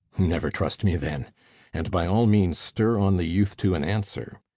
never trust me, then and by all means stir on the youth to an answer.